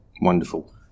Wonderful